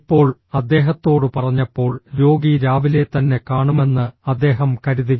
ഇപ്പോൾ അദ്ദേഹത്തോട് പറഞ്ഞപ്പോൾ രോഗി രാവിലെ തന്നെ കാണുമെന്ന് അദ്ദേഹം കരുതി